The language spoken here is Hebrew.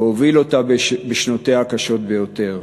והוביל אותה בשנותיה הקשות ביותר,